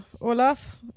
Olaf